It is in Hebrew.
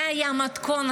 זה היה המתכון,